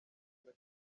hino